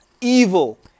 Evil